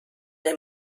der